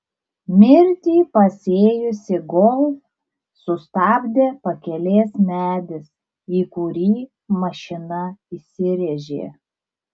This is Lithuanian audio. mirtį pasėjusį golf sustabdė pakelės medis į kurį mašina įsirėžė